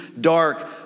dark